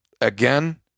again